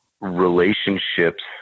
relationships